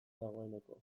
dagoeneko